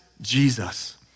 Jesus